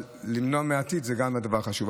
אבל למנוע בעתיד זה גם דבר חשוב.